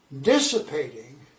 dissipating